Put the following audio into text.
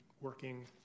working